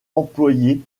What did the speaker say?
employé